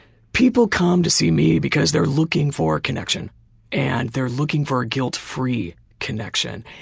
people come to see me because they're looking for connection and they're looking for guilt free connection.